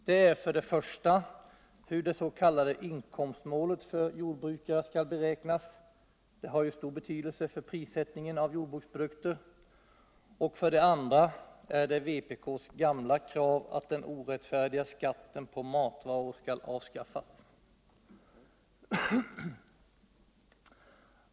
Det är för det första hur det s.k. inkomstmälet för jordbrukare skall beräknas, det har ju stor betydelse för prissättningen på jordbruksprodukter, och för det andra vpk:s gamla krav att den orättfärdiga skatten på matvaror skall avskalfas.